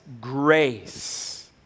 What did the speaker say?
grace